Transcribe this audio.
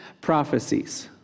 prophecies